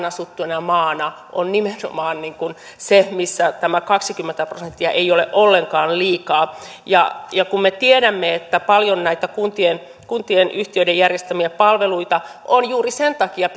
asuttuna maana on nimenomaan se missä tämä kaksikymmentä prosenttia ei ole ollenkaan liikaa ja ja kun me tiedämme että paljon näitä kuntien kuntien yhtiöiden järjestämiä palveluita on pitänyt tehdä juuri sen takia